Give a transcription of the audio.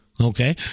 Okay